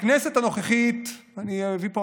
בכנסת הנוכחית אני אביא פה